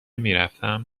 میرفتم